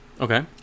okay